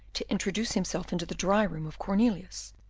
to introduce himself into the dry-room of cornelius,